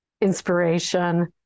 inspiration